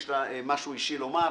יש לה משהו אישי לומר.